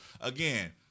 Again